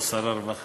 או שר הרווחה.